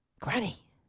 Granny